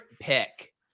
pick